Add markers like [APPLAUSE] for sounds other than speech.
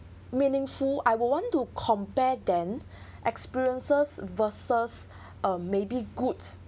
meaningful I will want to compare them experiences versus [BREATH] uh maybe goods